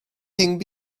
thing